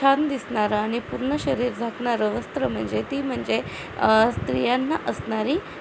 छान दिसणारं आणि पूर्ण शरीर झाकणारं वस्त्र म्हणजे ती म्हणजे स्त्रियांना असणारी